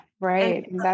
Right